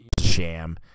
sham